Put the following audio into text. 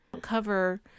cover